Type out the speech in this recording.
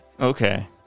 okay